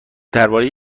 درباره